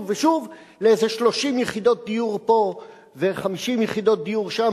ושוב לאיזה 30 יחידות דיור פה ו-50 יחידות דיור שם,